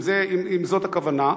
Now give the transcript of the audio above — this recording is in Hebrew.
אם זאת הכוונה,